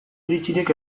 iritzirik